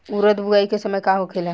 उरद बुआई के समय का होखेला?